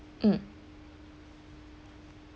mm